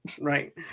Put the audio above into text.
right